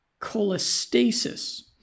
cholestasis